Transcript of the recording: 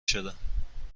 شدم